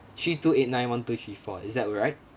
three two eight nine one two three four is that right